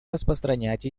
распространять